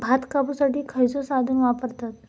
भात कापुसाठी खैयचो साधन वापरतत?